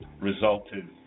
resulted